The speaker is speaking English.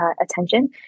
attention